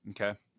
okay